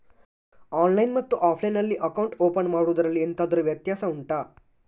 online ಮತ್ತು offline ನಲ್ಲಿ account open ಮಾಡುವುದರಲ್ಲಿ ಎಂತಾದರು ವ್ಯತ್ಯಾಸ ಉಂಟಾ